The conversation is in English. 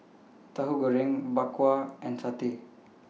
Tahu Goreng Bak Kwa and Satay